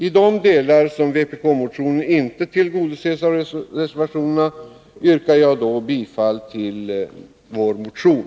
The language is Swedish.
I de delar där vpk-motionen inte tillgodoses av reservationerna yrkar jag bifall till vår motion.